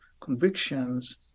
convictions